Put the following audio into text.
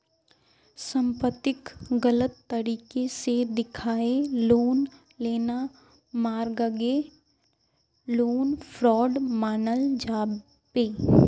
संपत्तिक गलत तरीके से दखाएँ लोन लेना मर्गागे लोन फ्रॉड मनाल जाबे